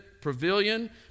pavilion